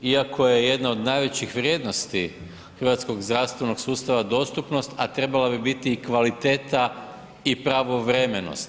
Iako je jedna od najvećih vrijednosti hrvatskog zdravstvenog sustava dostupnost a trebala biti i kvaliteta i pravovremenost.